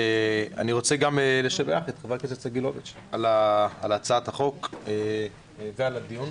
אני גם רוצה לשבח את ח"כ סגלוביץ על הצעת החוק ועל הדיון.